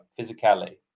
physicality